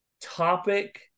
topic